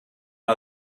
war